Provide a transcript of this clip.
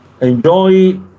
enjoy